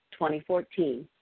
2014